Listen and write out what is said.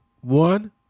one